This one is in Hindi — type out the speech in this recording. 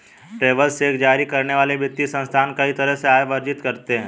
ट्रैवेलर्स चेक जारी करने वाले वित्तीय संस्थान कई तरह से आय अर्जित करते हैं